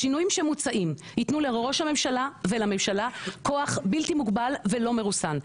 השינויים שמוצעים יתנו לראש הממשלה ולממשלה כוח בלתי מוגבל ולא מרוסן,